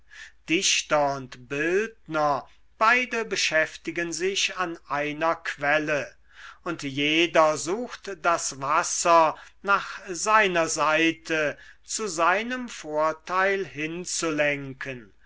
dichter und bildner beide beschäftigen sich an einer quelle und jeder sucht das wasser nach seiner seite zu seinem vorteil hinzulenken